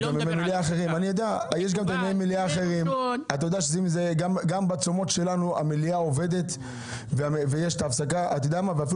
אתה יודע שגם בימי הצום שלנו המליאה עובדת עם הפסקה ואפילו